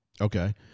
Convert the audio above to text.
okay